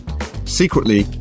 Secretly